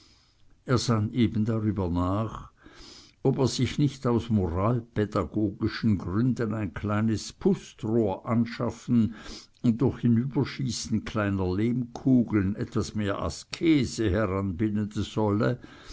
er sann eben darüber nach ob er sich nicht aus moralpädagogischen grün den ein kleines pustrohr anschaffen und durch hinüberschießen kleiner lehmkugeln etwas mehr askese heranbilden solle